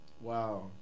Wow